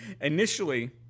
initially